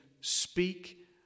speak